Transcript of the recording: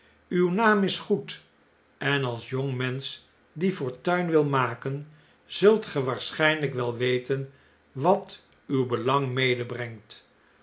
uw naam is goed en alsjongmensch diefortuin wilmaken zult ge waarschijniyk wel weten wat uw belang